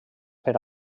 per